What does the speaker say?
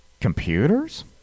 computers